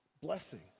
Blessing